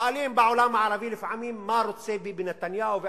שואלים בעולם הערבי לפעמים: מה ביבי נתניהו רוצה?